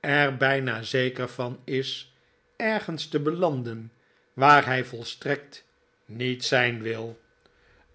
er bijna zeker van is ergens te belanden waar hij volstrekt met zijn wil